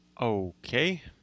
Okay